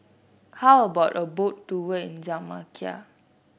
how about a Boat Tour in Jamaica